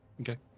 Okay